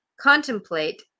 contemplate